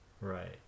Right